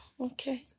okay